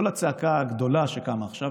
כל הצעקה הגדולה שקמה עכשיו,